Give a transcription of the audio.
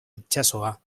itsasoa